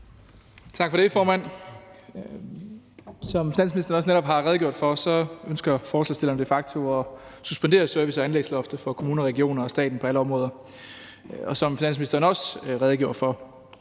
Tak for det, formand. Som finansministeren også netop har redegjort for, ønsker forslagsstillerne de facto at suspendere service- og anlægsloftet for kommuner og regioner og staten på alle områder. Og som finansministeren også redegjorde for,